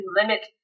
limit